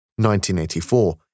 1984